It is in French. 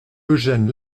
eugène